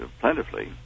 plentifully